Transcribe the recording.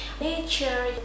nature